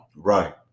Right